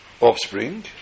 offspring